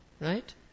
Right